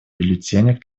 бюллетенях